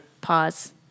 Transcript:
Pause